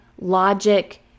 logic